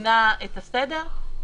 שינה את הסדר.